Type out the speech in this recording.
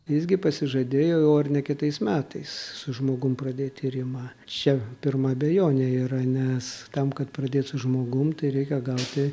jis gi pasižadėjo jau ar ne kitais metais su žmogum pradėt tyrimą čia pirma abejonė yra nes tam kad pradėt su žmogum tai reikia gauti